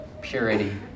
purity